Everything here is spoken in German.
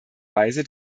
weise